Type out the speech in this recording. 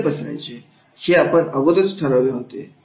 हे आपण अगोदरच ठरवले होते